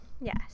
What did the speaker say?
Yes